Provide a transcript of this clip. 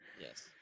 Yes